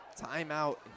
timeout